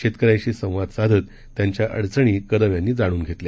शेतकऱ्यांशी संवाद साधत त्यांच्या अडचणी कदम यांनी जाणून घेतल्या